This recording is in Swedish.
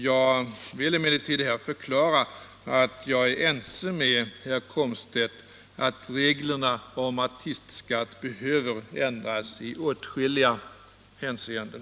Jag kan emellertid här förklara att jag är ense med herr Komstedt att reglerna om artistskatt behöver ändras i åtskilliga hänseenden.